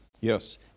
Yes